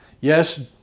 yes